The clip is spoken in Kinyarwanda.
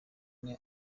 ane